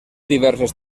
diverses